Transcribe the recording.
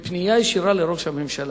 היא פונה פנייה ישירה אל ראש הממשלה,